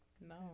No